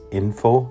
info